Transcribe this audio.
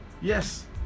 yes